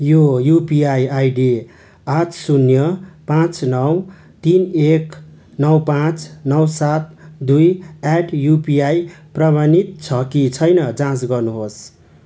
यो UPI ID आठ शून्य पाँच नौ तिन एक नौ पाँच नौ सात दुई एट युपिआई प्रमाणित छ कि छैनजाँच गर्नुहोस्